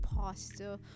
pastor